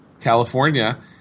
California –